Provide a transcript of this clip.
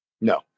No